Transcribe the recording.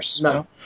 No